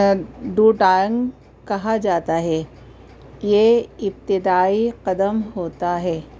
دو ٹانگ کہا جاتا ہے یہ ابتدائی قدم ہوتا ہے